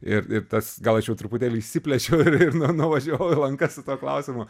ir ir tas gal aš jau truputėlį išsiplėčiau ir ir nu nuvažiavau į lankas su tuo klausimu